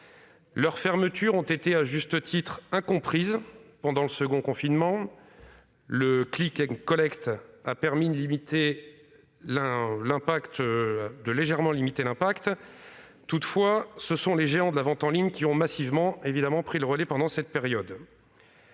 Leur fermeture fut à juste titre incomprise pendant le second confinement. Le a permis de légèrement limiter l'impact, mais ce sont les géants de la vente en ligne qui ont massivement pris le relai pendant cette période.